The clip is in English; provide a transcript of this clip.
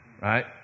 right